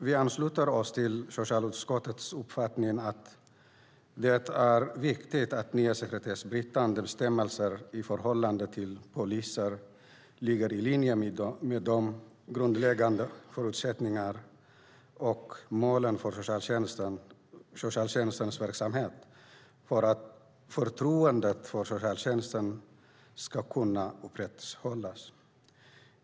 Vi ansluter oss till socialutskottets uppfattning att det är viktigt att nya sekretessbrytande bestämmelser i förhållande till polisen ligger i linje med de grundläggande förutsättningarna och målen för socialtjänstens verksamhet för att förtroendet för socialtjänsten ska kunna upprätthållas.